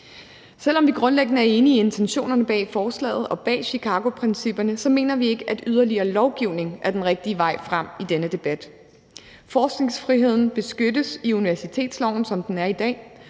Selv om vi grundlæggende er enige i intentionerne bag forslaget og bag Chicagoprincipperne, mener vi ikke, at yderligere lovgivning er den rigtige vej frem i denne debat. Forskningsfriheden beskyttes i universitetsloven, som den er i dag,